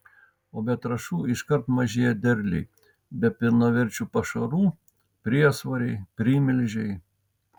o be trąšų iškart mažėja derliai be pilnaverčių pašarų priesvoriai primilžiai